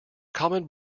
common